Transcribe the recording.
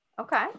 Okay